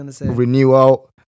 renewal